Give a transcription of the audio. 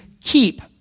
keep